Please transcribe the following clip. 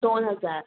दोन हजार